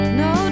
no